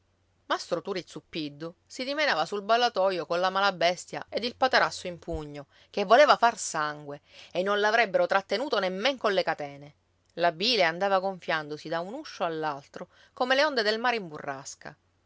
mastro turi zuppiddu si dimenava sul ballatoio colla malabestia ed il patarasso in pugno che voleva far sangue e non l'avrebbero trattenuto nemmen colle catene la bile andava gonfiandosi da un uscio all'altro come le onde del mare in burrasca